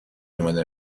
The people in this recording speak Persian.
اومدم